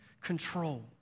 control